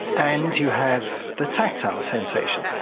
and you have the tactile sensation.